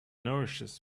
nourishes